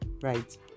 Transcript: Right